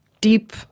deep